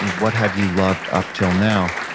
and what have you loved up until now,